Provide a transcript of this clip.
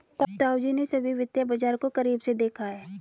ताऊजी ने सभी वित्तीय बाजार को करीब से देखा है